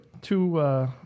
Two